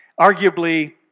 arguably